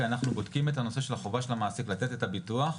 אנחנו בודקים את הנושא של החובה של המעסיק לתת את הביטוח,